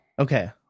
Okay